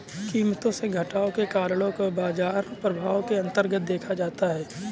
कीमतों में घटाव के कारणों को बाजार प्रभाव के अन्तर्गत देखा जाता है